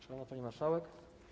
Szanowna Pani Marszałek!